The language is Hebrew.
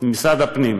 ממשרד הפנים,